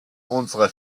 unsere